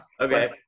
Okay